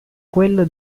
quello